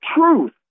truth